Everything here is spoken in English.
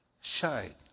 shine